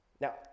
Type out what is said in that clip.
Now